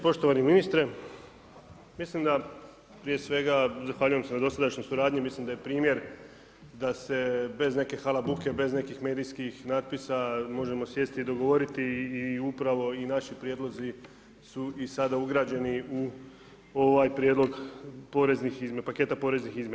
Poštovani ministre, mislim da prije svega zahvaljujem se na dosadašnjoj suradnji, mislim da je primjer da se bez neke halabuke, bez nekih medijskih natpisa možemo sjesti i dogovoriti i upravo i naši prijedlozi su i sada ugrađeni u ovaj prijedlog poreznih, paketa poreznih izmjena.